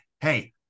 hey